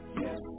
Yes